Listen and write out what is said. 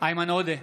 איימן עודה,